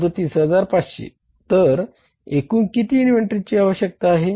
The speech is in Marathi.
37500 तर एकूण किती इन्व्हेंटरीची आवश्यकता आहे